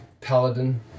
paladin